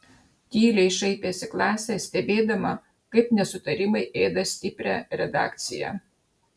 tyliai šaipėsi klasė stebėdama kaip nesutarimai ėda stiprią redakciją